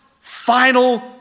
final